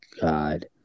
god